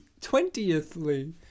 twentiethly